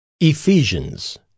Ephesians